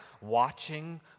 watching